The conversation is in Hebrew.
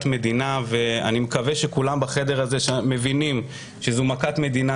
מדינה ואני מקווה שכולם בחדר הזה מבינים שזו מכת מדינה.